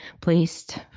placed